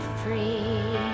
free